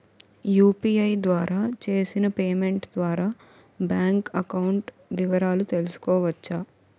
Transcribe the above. UPI ద్వారా చేసిన payment ద్వారా బ్యాంక్ అకౌంట్ వివరాలు తెలుసుకోవచ్చ?